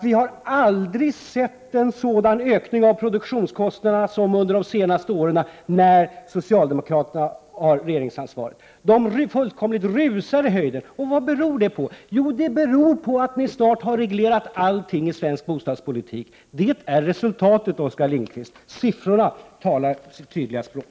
Vi har aldrig sett en sådan ökning av produktionskostnaderna som under de senaste åren då socialdemokraterna har haft regeringsansvaret. Produktionskostnaderna fullkomligt rusar i höjden. Vad beror det på? Jo, det beror på att ni snart har reglerat allting inom svensk bostadspolitik. Det är resultatet, Oskar Lindkvist. Siffrorna talar sitt tydliga språk.